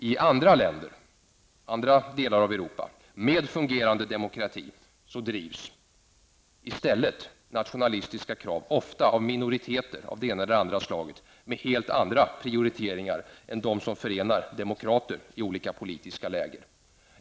I andra delar av Europa, i länder med fungerande demokrati, drivs nationalistiska krav i stället ofta av minoriteter av det ena eller det andra slaget med helt andra prioriteringar än dem som förenar demokrater i olika politiska läger.